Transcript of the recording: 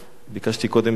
ביקשתי קודם ועדת חקירה,